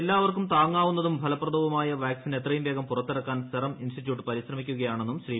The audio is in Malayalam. എല്ലാവർക്കും താങ്ങാവുന്നതും ഫലപ്രദവുമായ വാക്സിൻ എത്രയും വേഗം പുറത്തിറക്കാൻ സെറം ഇൻസ്റ്റിറ്റ്യൂട്ട് പരിശ്രമിക്കുകയാണെന്നും ൃശ്രീ